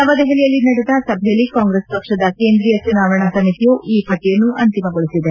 ನವದೆಹಲಿಯಲ್ಲಿ ನಡೆದ ಸಭೆಯಲ್ಲಿ ಕಾಂಗ್ರೆಸ್ ಪಕ್ಷದ ಕೇಂದ್ರೀಯ ಚುನಾವಣಾ ಸಮಿತಿಯು ಈ ಪಟ್ಟಯನ್ನು ಅಂತಿಮಗೊಳಿಸಿದೆ